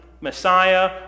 Messiah